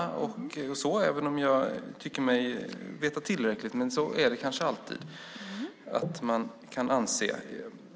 Dock tycker jag mig veta tillräckligt, som man kanske alltid anser sig göra.